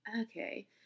Okay